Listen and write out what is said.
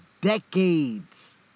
decades